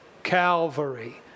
Calvary